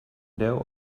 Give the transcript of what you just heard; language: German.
der